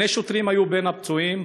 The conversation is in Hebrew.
שני שוטרים היו בין הפצועים,